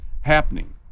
happening